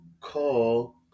call